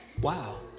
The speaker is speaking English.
Wow